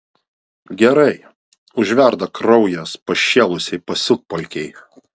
gerai užverda kraujas pašėlusiai pasiutpolkei